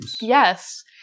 Yes